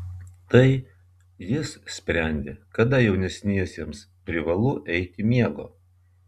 tai jis sprendė kada jaunesniesiems privalu eiti miego